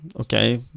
Okay